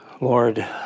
Lord